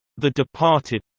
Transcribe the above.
the departed